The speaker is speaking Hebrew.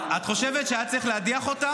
ואפילו הייתה לנו איזושהי תחושה,